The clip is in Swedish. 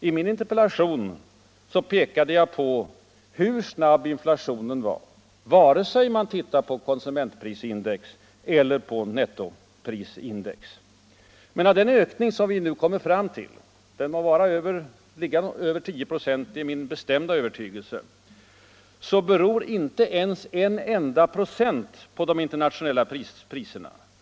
I min interpellation pekade jag på hur snabb inflationen var, vare sig man tittar på konsumentprisindex eller på net toprisindex. Men av den ökning som vi nu kommer fram till — den ligger över 10 26, det är min bestämda övertygelse — beror inte ens en enda procent på de internationella priserna.